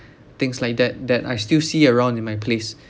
things like that that I still see around in my place